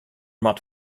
moat